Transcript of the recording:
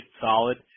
solid